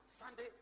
Sunday